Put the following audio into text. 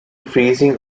freezing